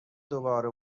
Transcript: دوباره